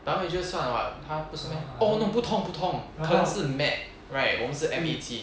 down wager 算的 [what] 他不是 meh oh no 不同不同可能是 MAT right 我们是 M_E_T